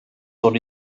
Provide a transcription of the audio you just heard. son